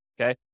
okay